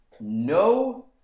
no